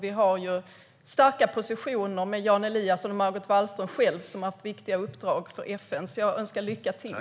Vi har starka positioner med Jan Eliasson och Margot Wallström själv, som har haft viktiga uppdrag för FN, så jag önskar lycka till.